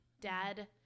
Dad